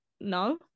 no